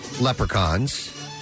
leprechauns